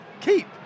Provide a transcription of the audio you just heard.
Keep